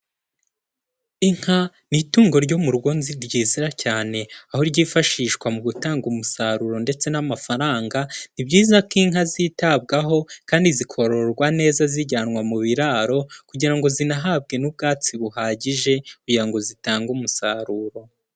Inka ni itungo ryo mu rugo nziza cyane aho ryifashishwa mu gutanga umusaruro ndetse n'amafaranga, ni byiza ko inka zitabwaho kandi zikororwa neza zijyanwa mu biraro, kugira ngo zinahabwe n'ubwatsi buhagije, kugira ngo zitange umusaruro.